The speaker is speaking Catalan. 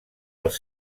els